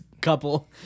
couple